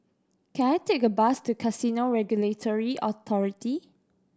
can I take a bus to Casino Regulatory Authority